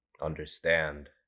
understand